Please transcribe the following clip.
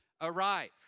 arrive